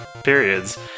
periods